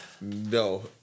No